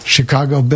Chicago